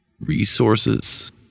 resources